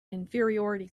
inferiority